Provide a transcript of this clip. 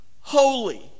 holy